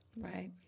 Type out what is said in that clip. Right